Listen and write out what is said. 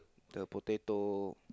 the potato